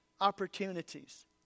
opportunities